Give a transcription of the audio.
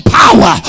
power